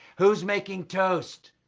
who's making toast?